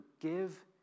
forgive